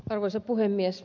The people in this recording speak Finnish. arvoisa puhemies